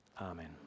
Amen